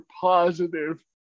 positive